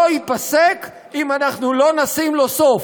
לא ייפסק אם אנחנו לא נשים לו סוף.